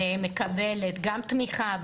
והיא מקבלת גם תמיכה,